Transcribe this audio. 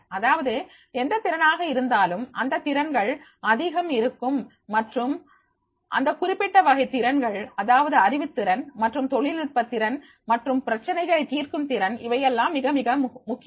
அதாவது எந்த திறனாக இருந்தாலும் அந்த திறன்கள் அதிகம் அதிகம் இருக்கும் மற்றும் அந்த குறிப்பிட்ட வகை திறன்கள் அதாவது அறிவுத்திறன் மற்றும் தொழில்நுட்பத் திறன் மற்றும் பிரச்சினைகளை தீர்க்கும் திறன் இவையெல்லாம் மிக மிக முக்கியம்